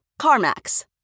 CarMax